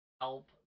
help